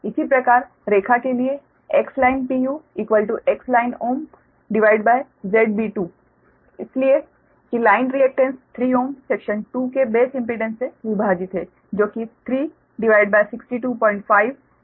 इसी प्रकार रेखा के लिए XLineXLineΩZB2 इसलिए कि लाइन रिएक्टेन्स 3Ω सेक्शन 2 के बेस इम्पीडेंस से विभाजित है जो कि 3 625 जो 0048 pu है